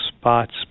spots